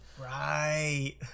right